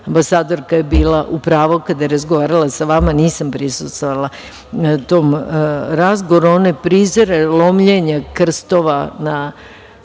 Ambasadorka je bila u pravu kada je razgovarala sa vama. Nisam prisustvovala tom razgovoru, one prizore, lomljenja krstova na